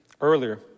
earlier